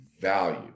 value